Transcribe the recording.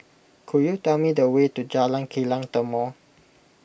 could you tell me the way to Jalan Kilang Timor